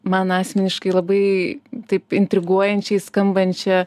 man asmeniškai labai taip intriguojančiai skambančią